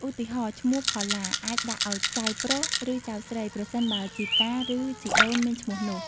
ឧទាហរណ៍ ឈ្មោះ "ផល្លា" អាចដាក់ឱ្យចៅប្រុស ឬចៅស្រី ប្រសិនបើជីតា ឬជីដូនមានឈ្មោះនោះ។